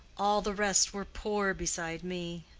all the rest were poor beside me.